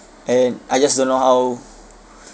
and I just don't know how